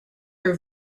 are